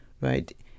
right